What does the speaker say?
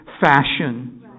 fashion